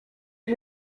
est